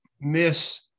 miss